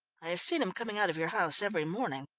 i have seen him coming out of your house every morning?